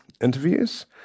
interviews